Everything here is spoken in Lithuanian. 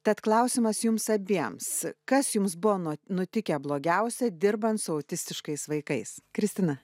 tad klausimas jums abiems kas jums bo no nutikę blogiausia dirbant su autistiškais vaikais kristina